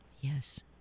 Yes